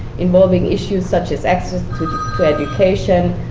involving issues such as access to education,